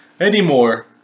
anymore